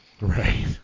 Right